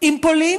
עם פולין